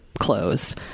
clothes